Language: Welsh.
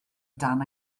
dan